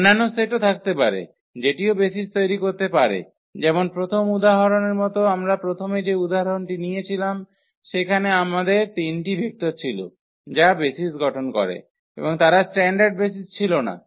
অন্যান্য সেটও থাকতে পারে যেটিও বেসিস তৈরি করতে পারে যেমন প্রথম উদাহরণের মতো আমরা প্রথম যে উদাহরণটি দিয়েছিলাম সেখানে আমাদের 3 টি ভেক্টর ছিল যা বেসিস গঠন করে এবং তারা স্ট্যান্ডার্ড বেসিস ছিল না